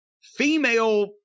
female